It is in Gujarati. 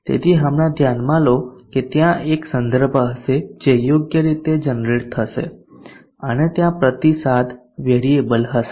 તેથી હમણાં ધ્યાનમાં લો કે ત્યાં એક સંદર્ભ હશે જે યોગ્ય રીતે જનરેટ થશે અને ત્યાં પ્રતિસાદ વેરીએબલ હશે